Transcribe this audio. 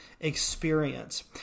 experience